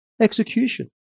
execution